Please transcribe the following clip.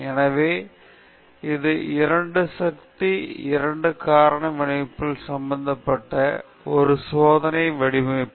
எனவே இது 2 சக்தி 2 காரணி வடிவமைப்புகள் சம்பந்தப்பட்ட ஒரு சோதனை வடிவமைப்பு